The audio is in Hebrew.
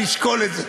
אני אשקול את זה.